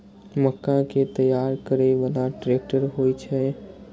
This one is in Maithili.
मक्का कै तैयार करै बाला ट्रेक्टर होय छै?